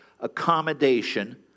accommodation